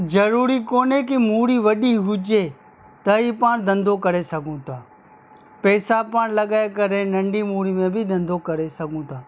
ज़रूरी कोन्हे की मूड़ी वॾी हुजे त ई पाण धंधो करे सघूं था पैसा पाण लॻाए करे नंढी मूड़ी में बि धंधो करे सघूं था